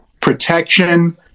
protection